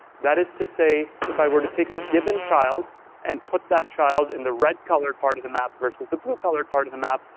that is to say if i were to take a given child and put that child in the red-colored part of the map versus the blue-colored part of the map,